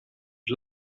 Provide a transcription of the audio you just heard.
het